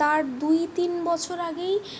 তার দুই তিন বছর আগেই